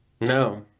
No